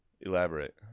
Elaborate